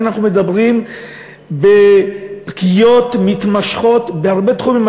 כאן אנחנו מדברים על פגיעות מתמשכות בהרבה תחומים.